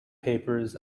papers